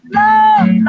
love